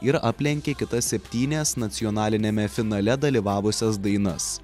ir aplenkė kitas septynias nacionaliniame finale dalyvavusias dainas